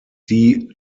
die